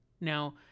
Now